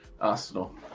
Arsenal